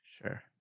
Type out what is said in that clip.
Sure